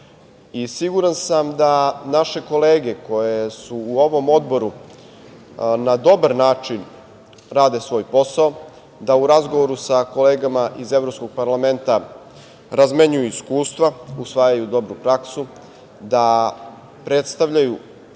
siguran sam da naše kolege koje su u ovom odboru na dobar način rade svoj posao, da u razgovoru sa kolegama iz evropskog parlamenta razmenjuju iskustva, usvajaju dobru praksu, da predstavljaju